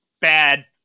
bad